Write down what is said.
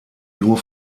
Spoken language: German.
nur